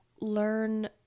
learn